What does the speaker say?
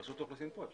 רשות האוכלוסין כאן.